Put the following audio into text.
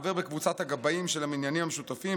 חבר בקבוצת הגבאים של המניינים המשותפים,